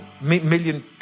million